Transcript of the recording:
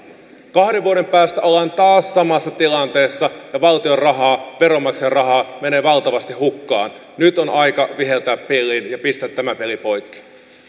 kahden vuoden päästä ollaan taas samassa tilanteessa ja valtion rahaa veronmaksajien rahaa menee valtavasti hukkaan nyt on aika viheltää pilliin ja pistää tämä peli poikki